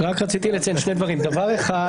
אציין שני דברים: ראשית,